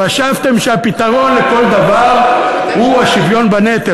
חשבתם שהפתרון לכל דבר הוא השוויון בנטל,